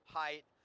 height